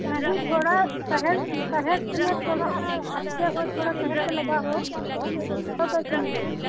नहीं थोड़ा शहर शहर से नहीं थोड़ा हटकर हो थोड़ा शहर से लगा हो तो कैसी मिलेगी